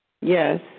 Yes